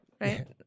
Right